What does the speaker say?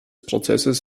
prozesses